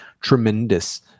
tremendous